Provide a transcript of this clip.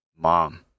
mom